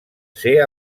ser